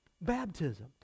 baptism